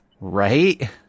Right